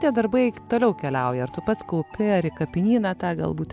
tie darbai toliau keliauja ar tu pats kaupi kapinyną tą galbūt